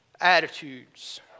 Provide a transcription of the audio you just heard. attitudes